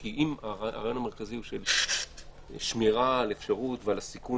כי אם הרעיון המרכזי הוא של שמירה על אפשרות ועל הסיכון